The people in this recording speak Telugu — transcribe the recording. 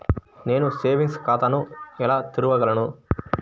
నేను సేవింగ్స్ ఖాతాను ఎలా తెరవగలను?